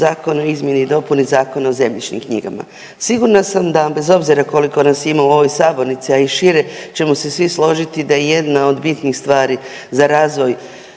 Zakona o izmjeni i dopuni Zakona o zemljišnim knjigama. Sigurna sam da vam bez obzira koliko nas ima u ovoj sabornici, a i šire ćemo se svi složiti da je jedna od bitnih stvari za razvoj